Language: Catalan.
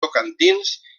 tocantins